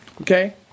Okay